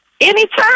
Anytime